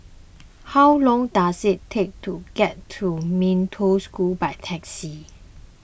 how long does it take to get to Mee Toh School by taxi